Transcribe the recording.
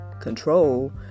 control